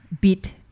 beat